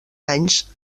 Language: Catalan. anys